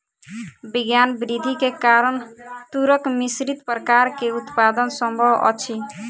विज्ञान वृद्धि के कारण तूरक मिश्रित प्रकार के उत्पादन संभव अछि